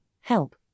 help